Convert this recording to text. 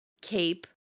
cape